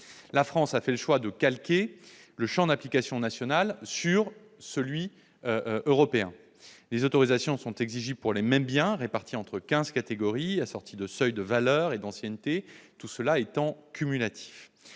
La France a fait le choix de calquer le champ d'application national sur le champ d'application européen : les autorisations sont exigibles pour les mêmes biens répartis entre quinze catégories, assorties de seuils de valeur et d'ancienneté, tout cela étant cumulatif.